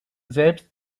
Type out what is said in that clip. selbst